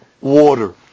water